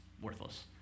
worthless